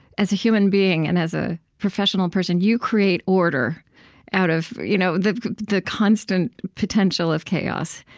as a human being and as a professional person, you create order out of you know the the constant potential of chaos.